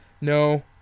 No